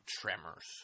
Tremors